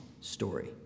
story